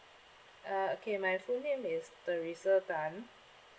uh okay my full name is teresa tan